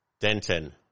Denton